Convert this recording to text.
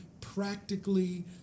practically